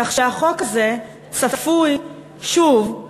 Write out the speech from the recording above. כך שהחוק הזה צפוי שוב,